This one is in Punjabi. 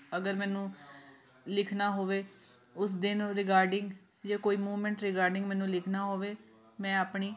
ਅਗਰ ਮੈਨੂੰ ਲਿਖਣਾ ਹੋਵੇ ਉਸ ਦਿਨ ਰਿਗਾਰਡਿੰਗ ਜੇ ਕੋਈ ਮੂਮਮੈਂਟ ਰਿਗਾਰਡਿੰਗ ਮੈਨੂੰ ਲਿਖਣਾ ਹੋਵੇ ਮੈਂ ਆਪਣੀ